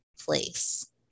place